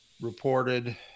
reported